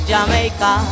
Jamaica